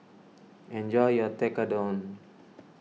enjoy your Tekkadon